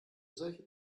solche